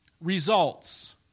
results